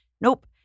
Nope